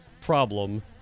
problem